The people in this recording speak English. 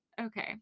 Okay